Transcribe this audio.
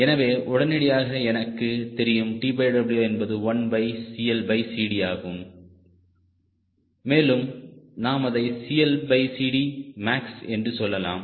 எனவே உடனடியாக எனக்கு தெரியும் TWஎன்பது 1CLCD ஆகும் மேலும் நாம் அதை CLCD மேக்ஸ் என்று சொல்லலாம்